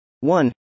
One